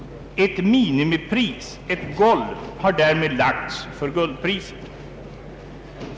Ett minimipris, ett golv, har därmed lagts för guldpriset.